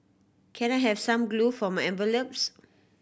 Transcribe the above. can I have some glue for my envelopes